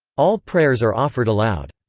all prayers are offered aloud.